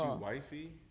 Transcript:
wifey